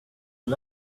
you